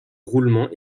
roulement